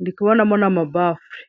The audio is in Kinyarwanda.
ndikubonamo n'amabafure